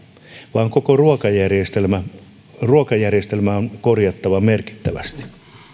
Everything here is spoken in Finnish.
vaan koko ruokajärjestelmää ruokajärjestelmää on korjattava merkittävästi